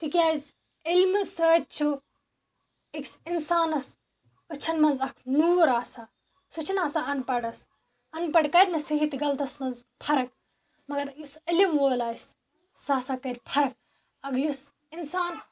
تِکیٛازِ علمہٕ سۭتۍ چھُو أکِس اِنسانَس أچھَن منٛز اَکھ نوٗر آسان سُہ چھُنہٕ آسان اَن پَڑَس اَن پَڑ کَرِنہٕ صحیح تہِ غلطس منٛز فرق مگر یُس علم وول آسہِ سُہ ہسا کَرِ فرق اگر یُس اِنسان